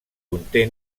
conté